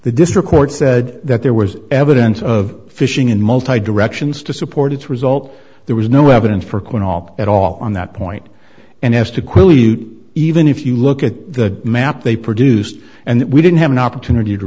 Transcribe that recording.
the district court said that there was evidence of fishing in multiple directions to support its result there was no evidence for quite all at all on that point and as to even if you look at the map they produced and we didn't have an opportunity to